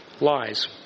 lies